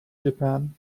japan